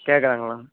கேட்கறாங்களா